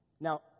Now